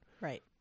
Right